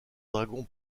dragon